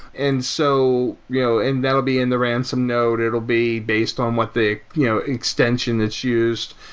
and so you know and that will be in the ransom node. it will be based on what the you know extension that's used.